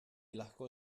lahko